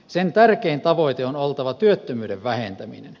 sen tärkeimmän tavoitteen on oltava työttömyyden vähentäminen